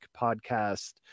podcast